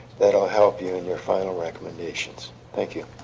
that will help you in your final recommendations, thank you.